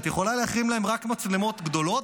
אתה יכול להחרים להם רק מצלמות גדולות,